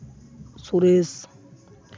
Suresh